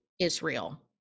Israel